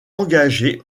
engagé